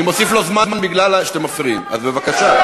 אני מוסיף לו זמן בגלל שאתם מפריעים, אז בבקשה.